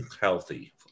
healthy